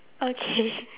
okay